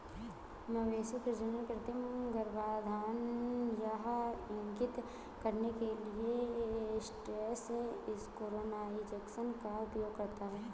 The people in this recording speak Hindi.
मवेशी प्रजनन कृत्रिम गर्भाधान यह इंगित करने के लिए एस्ट्रस सिंक्रोनाइज़ेशन का उपयोग करता है